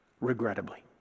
regrettably